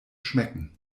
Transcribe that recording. schmecken